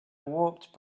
walked